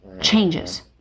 changes